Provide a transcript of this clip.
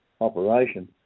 operation